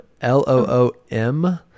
L-O-O-M